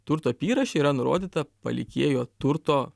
turto apyraše yra nurodyta palikėjo turto